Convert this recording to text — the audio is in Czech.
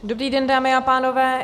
Dobrý den, dámy a pánové.